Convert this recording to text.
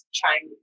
trying